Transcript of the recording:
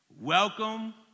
welcome